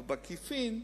אבל בעקיפין,